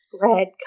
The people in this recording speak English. red